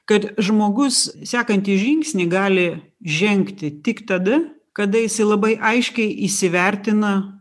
kad žmogus sekantį žingsnį gali žengti tik tada kada jisai labai aiškiai įsivertina